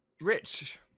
rich